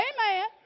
Amen